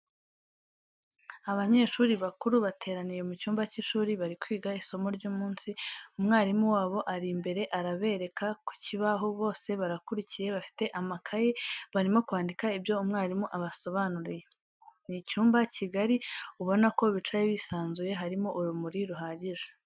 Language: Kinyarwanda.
Abanyeshuri bakuru bateraniye mu cyumba cy'ishuri bari kwiga isomo ry'umunsi, umwalimu wabo ari imbere arabereka ku kibaho, bose barakurikiye bafite amakaye barimo kwandika ibyo umwalimu abasobanuriye. Ni icyumba kigari ubona ko bicaye bisanzuye, harimo urumuri ruhagije.